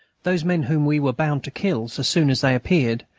those men whom we were bound to kill so soon as they appeared,